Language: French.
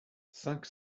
cinq